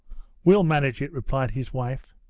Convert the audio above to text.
we'll manage it replied his wife,